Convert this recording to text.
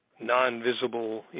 non-visible